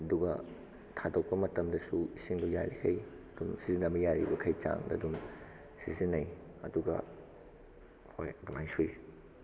ꯑꯗꯨꯒ ꯊꯥꯗꯣꯛꯄ ꯃꯇꯝꯗꯁꯨ ꯏꯁꯤꯡꯗꯣ ꯌꯥꯔꯤꯈꯩ ꯑꯗꯨꯝ ꯁꯤꯖꯤꯟꯅꯕ ꯌꯥꯔꯤꯈꯩ ꯆꯥꯡꯗ ꯑꯗꯨꯝ ꯁꯤꯖꯤꯟꯅꯩ ꯑꯗꯨꯒ ꯍꯣꯏ ꯑꯗꯨꯃꯥꯏꯅ ꯁꯨꯏ